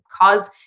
cause